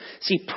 See